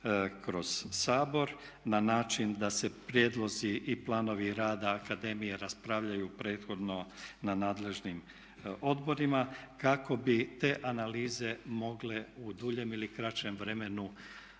kroz Sabor na način da se prijedlozi i planovi rada akademije raspravljaju prethodno na nadležnim odborima kako bi te analize mogle u duljem ili kraćem vremenu